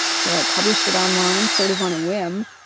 so i published it online sort of on a whim.